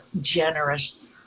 generous